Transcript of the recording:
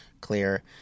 clear